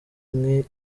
nke